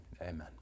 Amen